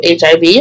HIV